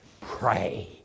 pray